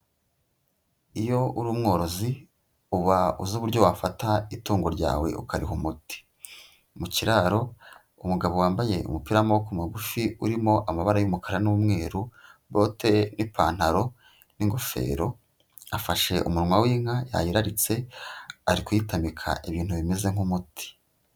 Iyo uri umworozi, uba uzi uburyo wafata itungo ryawe ukariha umuti. Mu kiraro umugabo wambaye umupira w'amaboko mugufi, urimo amabara y'umukara n'umweru, bote, n'ipantaro n'ingofero, afashe umunwa w'inka yayiraritse, ari kuyitamika ibintu bimeze nk'umuti.